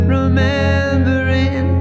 remembering